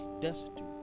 destitute